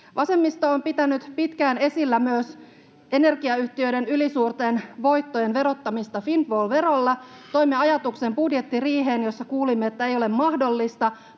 Vasemmisto on pitänyt pitkään esillä myös energiayhtiöiden ylisuurten voittojen verottamista windfall-verolla. Toimme ajatuksen budjettiriiheen, jossa kuulimme, että se ei ole mahdollista,